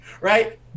right